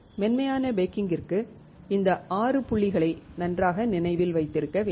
மென்மையான பேக்கிங்கிற்கு இந்த 6 புள்ளிகளை நன்றாக நினைவில் வைத்திருக்க வேண்டும்